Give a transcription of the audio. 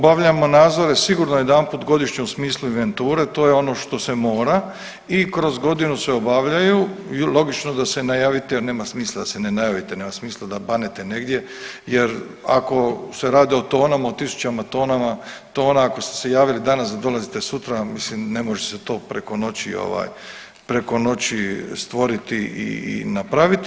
Obavljamo nadzore sigurno jedanput godišnje u smislu inventure, to je ono što se mora i kroz godinu se obavljaju i logično da se najavite jer nema smisla da se najavite, nema smisla da banete negdje jer ako se radi o tonama, o tisućama tonama, tona ako ste se javili danas da dolazite sutra mislim ne može se to preko noći ovaj, preko noći stvoriti i napraviti.